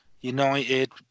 United